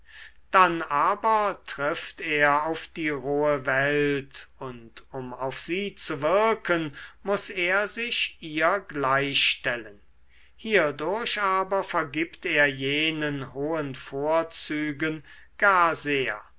dann aber trifft er auf die rohe welt und um auf sie zu wirken muß er sich ihr gleichstellen hierdurch aber vergibt er jenen hohen vorzügen gar